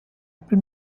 apple